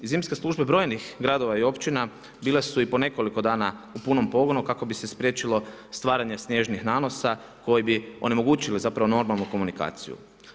Zimska služba brojnih gradova i općina bile su i po nekoliko dana u punom pogonu kako bi se spriječilo stvaranje snježnih nanosa, koji bi onemogućili zapravo normalnu komunikaciju.